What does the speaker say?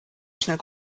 schnell